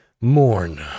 mourn